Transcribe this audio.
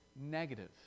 negative